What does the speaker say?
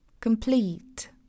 Complete